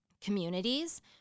communities